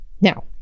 Now